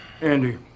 Andy